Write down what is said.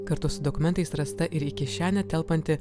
kartu su dokumentais rasta ir į kišenę telpantį